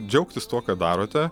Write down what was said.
džiaugtis tuo ką darote